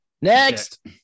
Next